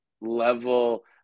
level